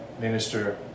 minister